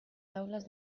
taules